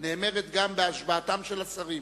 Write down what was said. נאמרת גם בהשבעתם של השרים.